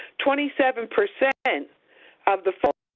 twenty seven percent of the falls